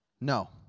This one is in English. No